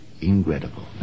incredible